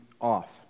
off